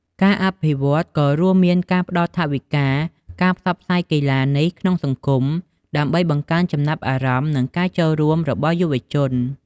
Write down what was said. ការអភិវឌ្ឍន៍ក៏រួមមានការផ្តល់ថវិកា និងការផ្សព្វផ្សាយកីឡានេះក្នុងសង្គម ដើម្បីបង្កើនចំណាប់អារម្មណ៍ និងការចូលរួមរបស់យុវជន។